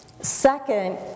Second